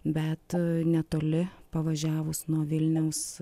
bet netoli pavažiavus nuo vilniaus